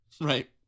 Right